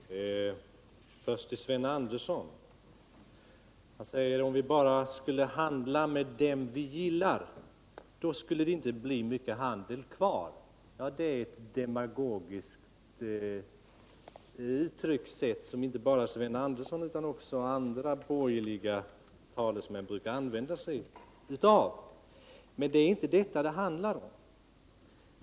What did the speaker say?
Herr talman! Först några ord till Sven Andersson i Örebro. Om vi bara skulle handla med dem som vi gillar, skulle det inte bli mycket handel kvar, sade Sven Andersson. Detta är ett demagogiskt talesätt som inte bara Sven Andersson utan också andra borgerliga politiker brukar använda sig av. Men det är inte detta som det rör sig om.